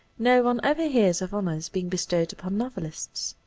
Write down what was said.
no one ever hears of honors being bestowed upon novelists.